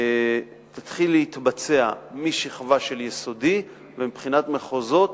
תתחיל להתבצע משכבה של יסודי ומבחינת מחוזות,